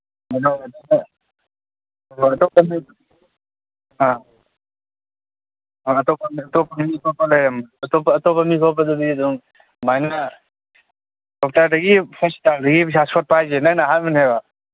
ꯑꯥ ꯑꯥ ꯑꯇꯣꯞꯄ ꯈꯣꯠꯄ ꯑꯇꯣꯞꯄ ꯑꯇꯣꯞꯄ ꯃꯤ ꯈꯣꯠꯄꯗꯨꯗꯤ ꯑꯗꯨꯝ ꯁꯨꯃꯥꯏꯅ ꯗꯣꯛꯇꯔꯗꯒꯤ ꯍꯣꯁꯄꯤꯇꯥꯜꯗꯒꯤ ꯄꯩꯁꯥ ꯁꯣꯠꯄ ꯍꯥꯏꯁꯦ ꯅꯪꯅ ꯑꯍꯥꯟꯕꯅꯦꯕ